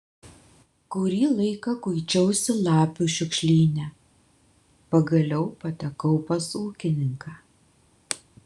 kurį laiką kuičiausi lapių šiukšlyne pagaliau patekau pas ūkininką